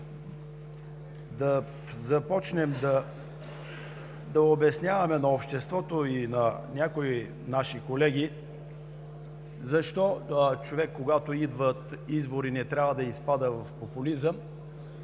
да започнем да обясняваме на обществото и на някои наши колеги, трябва да попитаме: защо човек, когато идват избори, не трябва да изпада в популизъм